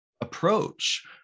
approach